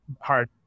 hard